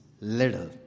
little